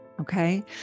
Okay